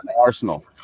Arsenal